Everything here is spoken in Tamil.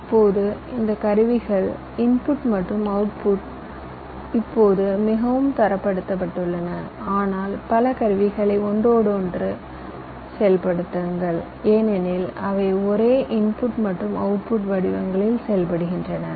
இப்போது இந்த கருவிகளின் இன்புட் மற்றும் அவுட்புட் இப்போது மிகவும் தரப்படுத்தப்பட்டுள்ளன இதனால் பல கருவிகளை ஒன்றோடொன்று செயல்படுத்துங்கள் ஏனெனில் அவை ஒரே இன்புட் மற்றும் அவுட்புட் வடிவங்களில் செயல்படுகின்றன